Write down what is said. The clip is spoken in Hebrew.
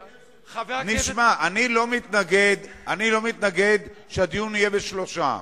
תשמע, אני לא מתנגד שהדיון יהיה בשלושה.